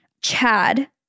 Chad